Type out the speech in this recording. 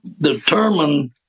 determine